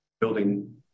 building